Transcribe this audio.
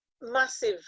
massive